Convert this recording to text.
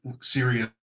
serious